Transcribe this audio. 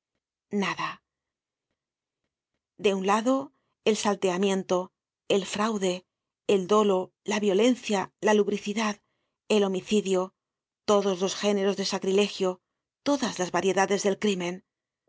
nada de un lado el salteamiento el fraude el dolo la violencia la lubricidad el homicidio todos los géneros de sacrilegio todas las variedades del crimen